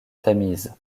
tamise